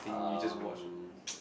um